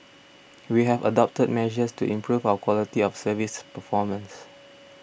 we have adopted measures to improve our quality of service performance